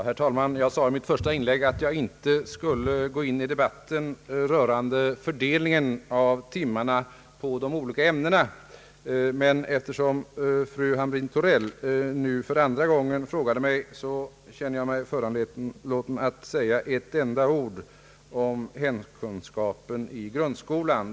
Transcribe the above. Herr talman! Jag sade i mitt första inlägg att jag inte skulle gå in i debatt rörande fördelningen av timmarna på olika ämnen. Men eftersom fru Hamrin Thorell för andra gången frågat mig, känner jag mig föranlåten att säga några ord om hemkunskapen i grundskolan.